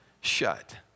shut